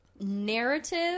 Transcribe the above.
narrative